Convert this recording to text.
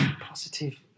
Positive